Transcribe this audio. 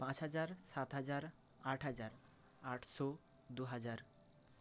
পাঁচ হাজার সাত হাজার আট হাজার আটশো দু হাজার